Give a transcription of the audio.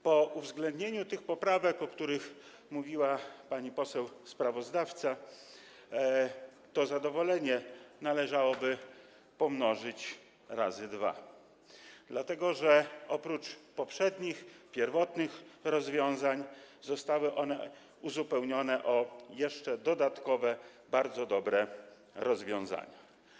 Po uwzględnieniu tych poprawek, o których mówiła pani poseł sprawozdawca, to zadowolenie należałoby pomnożyć przez dwa, dlatego że poprzednie, pierwotne rozwiązania zostały uzupełnione o dodatkowe bardzo dobre rozwiązania.